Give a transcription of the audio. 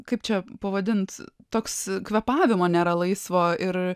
kaip čia pavadint toks kvėpavimo nėra laisvo ir